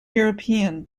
european